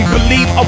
Believe